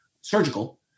surgical